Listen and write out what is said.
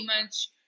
image